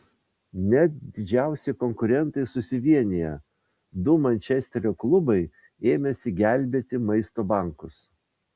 net didžiausi konkurentai susivienija du mančesterio klubai ėmėsi gelbėti maisto bankus